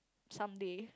someday